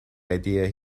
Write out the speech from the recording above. idea